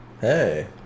Hey